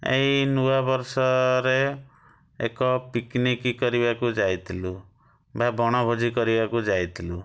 ଏଇ ନୂଆ ବର୍ଷରେ ଏକ ପିକନିକ୍ କରିବାକୁ ଯାଇଥିଲୁ ବା ବଣଭୋଜି କରିବାକୁ ଯାଇଥିଲୁ